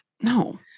No